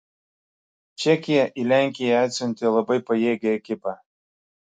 čekija į lenkiją atsiuntė labai pajėgią ekipą